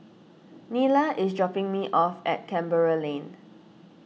Nyla is dropping me off at Canberra Lane